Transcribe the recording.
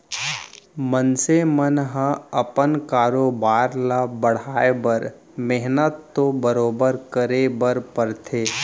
मनसे मन ह अपन कारोबार ल बढ़ाए बर मेहनत तो बरोबर करे बर परथे